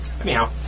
Anyhow